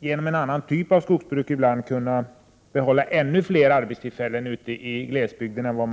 genom en annan typ av skogsbruk, kunna behålla ännu fler arbetstillfällen ute i glesbygderna.